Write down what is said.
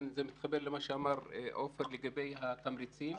זה מתחבר למה שאמר עפר לגבי התמריצים.